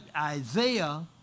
Isaiah